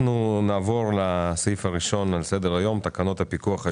אנחנו נעבור לסעיף הראשון בסדר-היום: תקנות הפיקוח על